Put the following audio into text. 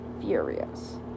furious